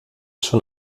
schon